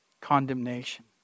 condemnation